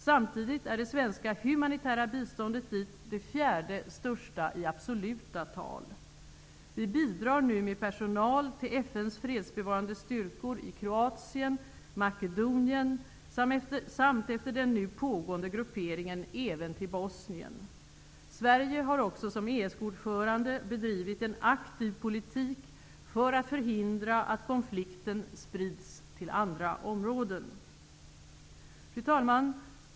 Samtidigt är det svenska humanitära biståndet dit det fjärde största i absoluta tal. Vi bidrar nu med personal till FN:s fredsbevarande styrkor i Kroatien och Makedonien samt efter den nu pågående grupperingen även till Bosnien. Sverige har också som ESK-ordförande bedrivit en aktiv politik för att förhindra att konflikten sprids till andra områden. Fru talman!